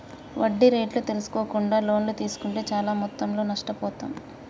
వడ్డీ రేట్లు తెల్సుకోకుండా లోన్లు తీస్కుంటే చానా మొత్తంలో నష్టపోతాం